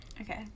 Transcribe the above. Okay